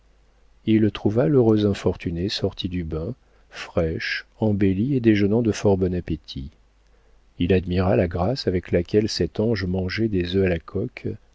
il trouva l'heureuse infortunée sortie du bain fraîche embellie et déjeunant de fort bon appétit il admira la grâce avec laquelle cet ange mangeait des œufs à la coque